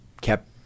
kept